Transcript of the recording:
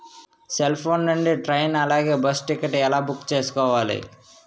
Cell phone నుండి train అలాగే bus ticket ఎలా బుక్ చేసుకోవాలి?